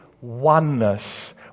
oneness